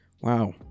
wow